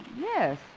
yes